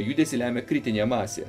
judesį lemia kritinė masė